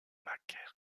macaire